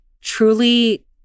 truly